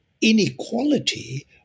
inequality